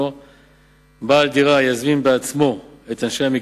2. אם לא, אילו אלטרנטיבות